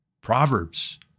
Proverbs